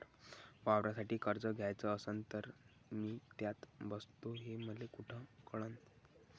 वावरासाठी कर्ज घ्याचं असन तर मी त्यात बसतो हे मले कुठ कळन?